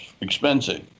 expensive